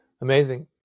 Amazing